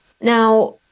Now